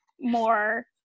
more